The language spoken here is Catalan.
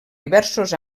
diversos